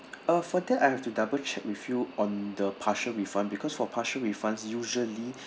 uh for that I have to double check with you on the partial refund because for partial refunds usually